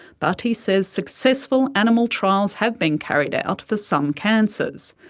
but he says successful animal trials have been carried out for some cancers.